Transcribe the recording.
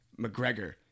McGregor